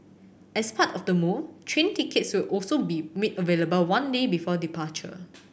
as part of the move train tickets will also be made available one day before departure